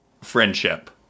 friendship